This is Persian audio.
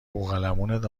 بوقلمونت